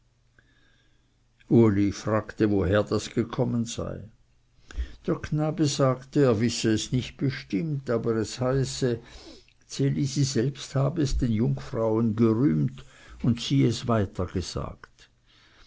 uli fragte woher das gekommen sei der knabe sagte er wisse es nicht bestimmt aber es heiße ds elisi selbst habe es den jungfrauen gerühmt und die es